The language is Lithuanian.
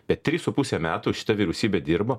bet trys su puse metų šita vyriausybė dirbo